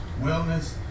wellness